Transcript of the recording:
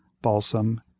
balsam